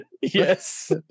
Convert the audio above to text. yes